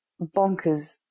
bonkers